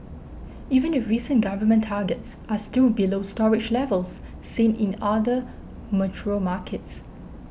even the recent government targets are still below storage levels seen in other mature markets